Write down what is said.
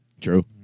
True